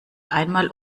einmal